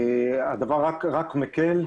הדבר רק מקל.